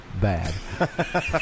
bad